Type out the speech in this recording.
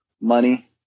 money